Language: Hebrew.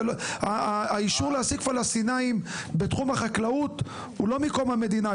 האישור להעסיק פלסטינים בתחום החקלאות הוא לא מקום המדינה,